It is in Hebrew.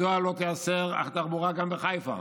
מדוע לא תיאסר התחבורה גם בחיפה?